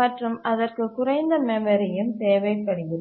மற்றும் அதற்கு குறைந்த மெமரியும் தேவை படுகிறது